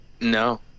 No